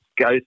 go